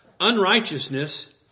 unrighteousness